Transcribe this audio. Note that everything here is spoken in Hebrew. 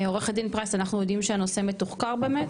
עו"ד פרייס, אנחנו יודעים שהנושא מתוחקר באמת?